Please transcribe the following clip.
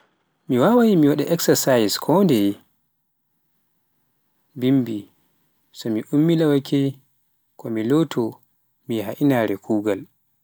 mi wawai mi waɗa eksasasiy kondeye bombi, so mi ummilawake, kon mi loto mi yahya inaaere kuugal.